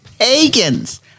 pagans